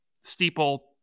steeple